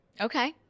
okay